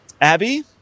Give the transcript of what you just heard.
abby